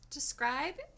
Describe